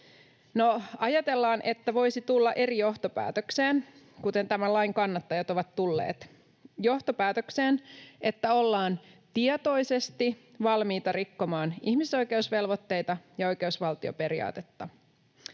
ajatellaan, että voisi tulla eri johtopäätökseen, kuten tämän lain kannattajat ovat tulleet, johtopäätökseen, että ollaan tietoisesti valmiita rikkomaan ihmisoikeusvelvoitteita ja oikeusvaltioperiaatetta.